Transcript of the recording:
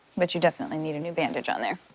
but you definitely need a new bandage on there.